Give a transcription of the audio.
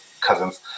cousins